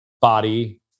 body